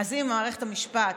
אז אם מערכת המשפט